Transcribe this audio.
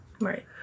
Right